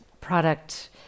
product